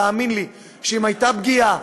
תאמין לי שאם הייתה פגיעה,